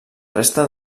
resta